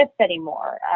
anymore